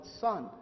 son